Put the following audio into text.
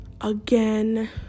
again